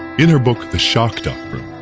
in her book the shock doctrine,